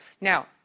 Now